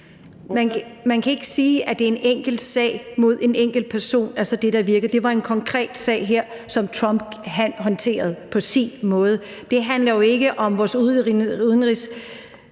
den måde, der bliver handlet på i en enkelt sag mod en enkelt person, der virker. Det var en konkret sag, som Trump håndterede på sin måde. Det handler jo ikke om vores udenrigspolitiske